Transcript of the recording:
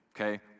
Okay